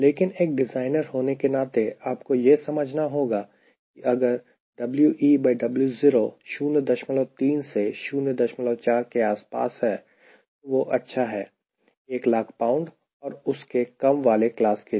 लेकिन एक डिज़ाइनर होने के नाते आपको यह समझना होगा कि अगर WeWo 03 से 04 के आसपास है तो वह अच्छा है 100000 पाउंड और उसके कम वाले क्लास के लिए